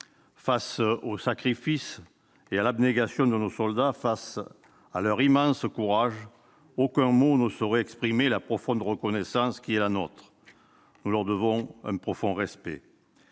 Face au sacrifice et à l'abnégation de nos soldats, face à leur immense courage, aucun mot ne saurait exprimer la profonde reconnaissance qui est la nôtre. Nous leur devons le respect.